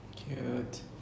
Cute